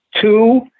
Two